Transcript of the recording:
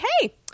hey